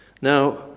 Now